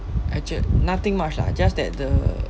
actua~ nothing much lah just that the